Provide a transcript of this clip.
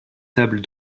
tables